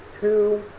two